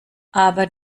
aber